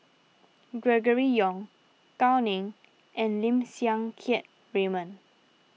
Gregory Yong Gao Ning and Lim Siang Keat Raymond